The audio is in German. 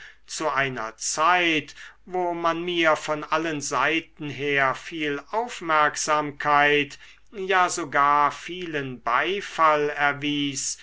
zu einer zeit wo man mir von allen seiten her viel aufmerksamkeit ja sogar vielen beifall erwies